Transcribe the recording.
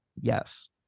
yes